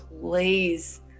please